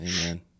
Amen